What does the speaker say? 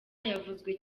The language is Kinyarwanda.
yavuzwe